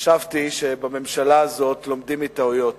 חשבתי שבממשלה הזו לומדים מטעויות.